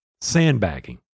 sandbagging